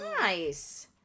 Nice